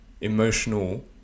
emotional